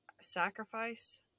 sacrifice